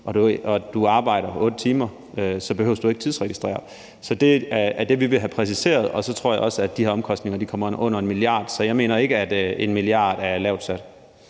og du arbejder de 8 timer, behøver du ikke at tidsregistrere. Så det er det, vi vil have præciseret. Og så tror jeg også, at de her omkostninger kommer under 1 mia. kr. Så jeg mener ikke, at 1 mia. kr. er lavt sat.